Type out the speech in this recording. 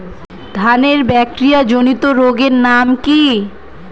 ধানের ব্যাকটেরিয়া জনিত রোগের নাম কি?